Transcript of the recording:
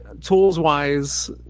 tools-wise